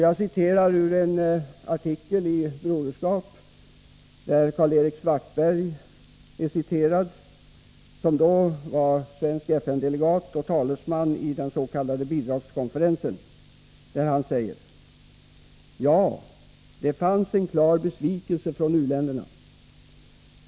Jag citerar ur en artikel i Broderskap, där ett uttalande av Karl-Erik Svartberg, som då var svensk FN-delegat och talesman i den s.k. bidragskonferensen, återges: ”Ja, det fanns en klar besvikelse från u-länderna.